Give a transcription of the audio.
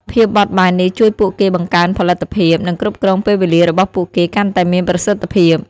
ភាពបត់បែននេះជួយពួកគេបង្កើនផលិតភាព និងគ្រប់គ្រងពេលវេលារបស់ពួកគេកាន់តែមានប្រសិទ្ធភាព។